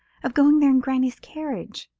of going there in granny's carriage!